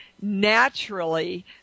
naturally